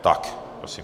Tak, prosím.